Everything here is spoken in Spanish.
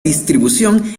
distribución